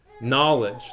knowledge